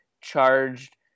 charged